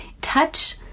Touch